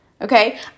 okay